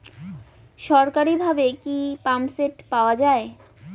সরকারিভাবে কি পাম্পসেট পাওয়া যায়?